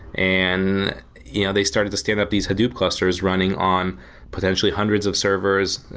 and you know they started to stand up these hadoop clusters running on potentially hundreds of servers,